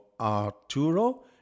Arturo